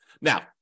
Now